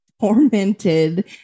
tormented